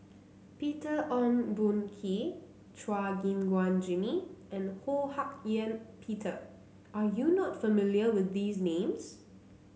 Peter Ong Boon Kwee Chua Gim Guan Jimmy and Ho Hak Ean Peter are you not familiar with these names